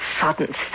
sudden